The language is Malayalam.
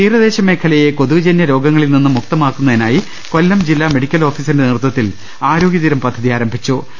തീരദേശ മേഖലയെ കൊതുകുജനൃ രോഗങ്ങളിൽ നിന്നും മുക്തമാക്കുന്നതിനായി കൊല്ലം ജില്ലാ മെഡിക്കൽ ഓഫീസിന്റെ നേതൃത്വത്തിൽ ആരോഗൃതീരം പദ്ധതി ആരംഭിച്ചു്